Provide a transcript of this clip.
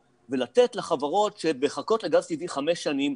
ולתת לחברות שמחכות לגז טבעי חמש שנים,